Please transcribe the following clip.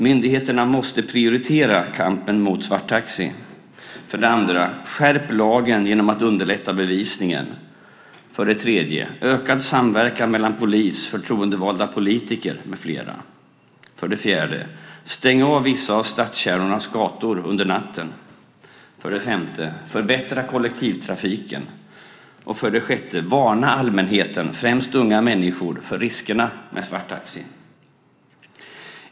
Myndigheterna måste 1. prioritera kampen mot svarttaxi, 2. skärpa lagen genom att underlätta bevisningen, 3. öka samverkan mellan polis, förtroendevalda politiker med flera, 4. stänga av vissa av stadskärnornas gator under natten, 5. förbättra kollektivtrafiken och 6. varna allmänheten, främst unga människor, för riskerna med svarttaxi.